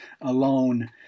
alone